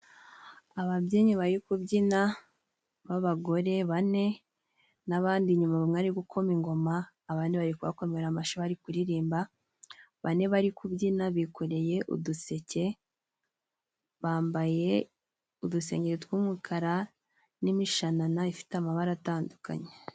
Ababyinnyi bari kubyina b'abagore bane n'abandi inyuma bamwe bari gukoma ingoma ,abandi bari kubakomera amashi bari kuririmba, bane bari kubyina bikoreye uduseke bambaye udusengeri tw'umukara n'imishanana ifite amabara atandukanye.